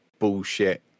bullshit